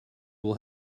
will